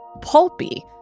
pulpy